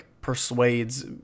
persuades